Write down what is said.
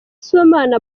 sibomana